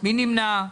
מי נמנע?